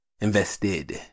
Invested